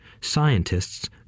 scientists